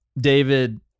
david